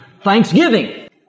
Thanksgiving